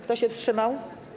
Kto się wstrzymał?